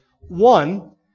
One